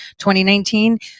2019